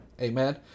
Amen